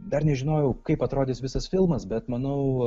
dar nežinojau kaip atrodys visas filmas bet manau